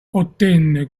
ottenne